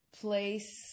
place